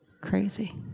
Crazy